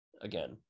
again